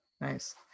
Nice